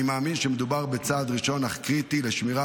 אני מאמין שמדובר בצעד ראשון אך קריטי לשמירה